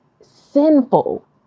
sinful